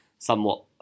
Somewhat